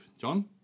John